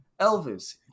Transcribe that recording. elvis